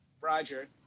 Roger